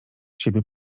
siebie